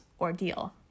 ordeal